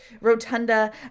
rotunda